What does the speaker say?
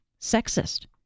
sexist